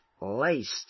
laced